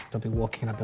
they'll be walking but